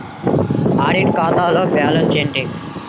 Audit ఖాతాలో balance ఏమిటీ?